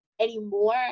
anymore